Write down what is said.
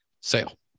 sale